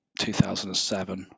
2007